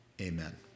Amen